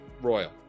royal